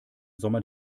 sommer